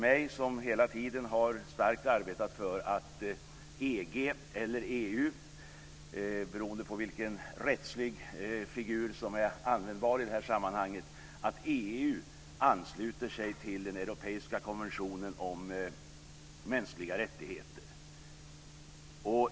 Jag har hela tiden arbetat starkt för att EG eller EU, beroende på vilken rättslig skapnad som är användbar i det här sammanhanget, ansluter sig till den europeiska konventionen om mänskliga rättigheter.